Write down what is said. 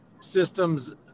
systems